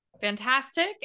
Fantastic